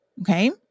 okay